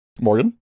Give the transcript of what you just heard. Morgan